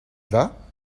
vas